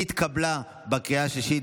התקבלה בקריאה השלישית,